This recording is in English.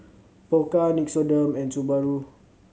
Pokka Nixoderm and Subaru